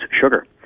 sugar